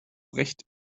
recht